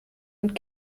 und